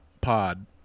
pod